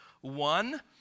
one